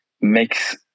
makes